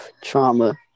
trauma